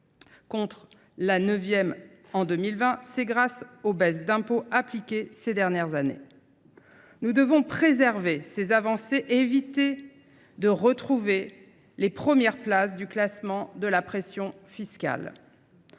place en 2020, c’est grâce aux baisses d’impôts appliquées ces dernières années. Nous devons préserver ces avancées et éviter de retrouver les premières places du classement de la pression fiscale.